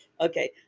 Okay